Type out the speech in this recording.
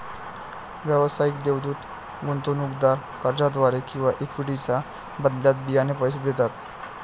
व्यावसायिक देवदूत गुंतवणूकदार कर्जाद्वारे किंवा इक्विटीच्या बदल्यात बियाणे पैसे देतात